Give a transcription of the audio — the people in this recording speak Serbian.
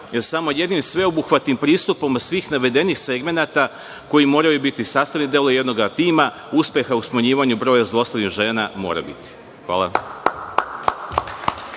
jer samo jednim sveobuhvatnim pristupom svih navedenih segmenata koji moraju biti sastavni deo jednog tima, uspeha u smanjivanju broja zlostavljanih žena mora biti. Hvala.